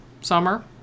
summer